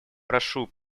прошу